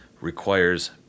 requires